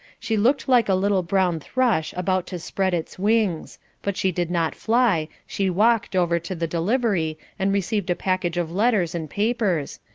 she looked like a little brown thrush about to spread its wings but she did not fly, she walked over to the delivery and received a package of letters and papers,